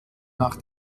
nach